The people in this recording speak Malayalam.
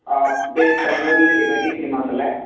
ആ ഇത് കണ്ണൂരിലിന്ന് ലിബർട്ടി സിനിമാസല്ലെ